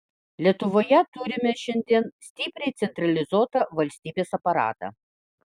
lietuvoje turime šiandien stipriai centralizuotą valstybės aparatą